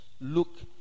Look